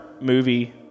movie